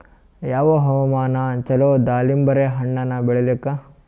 ಯಾವ ಹವಾಮಾನ ಚಲೋ ದಾಲಿಂಬರ ಹಣ್ಣನ್ನ ಬೆಳಿಲಿಕ?